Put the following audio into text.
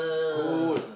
good